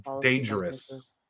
dangerous